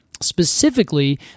Specifically